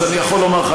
אני יכול לומר לך,